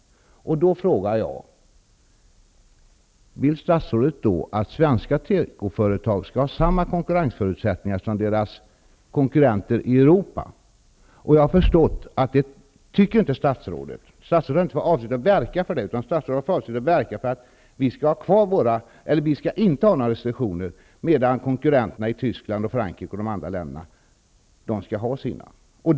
Därför frågar jag: Vill statsrådet att svenska tekoföretag skall ha samma konkurrensförutsättningar som deras konkurrenter i Europa? Statsrådet har inte för avsikt att verka för det, utan statsrådet har för avsikt att verka för att vi inte skall ha några restriktioner. Våra konkurrenter i Tyskland, Frankrike och andra länder däremot skall ha sina restriktioner.